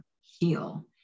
heal